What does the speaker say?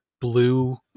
blue